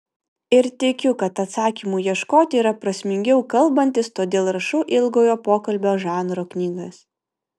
ir tikiu kad atsakymų ieškoti yra prasmingiau kalbantis todėl rašau ilgojo pokalbio žanro knygas